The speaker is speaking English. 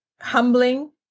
humbling